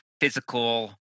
physical